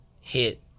hit